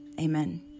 Amen